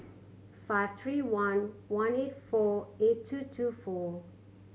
five three one one eight four eight two two four